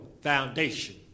foundation